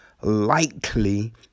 likely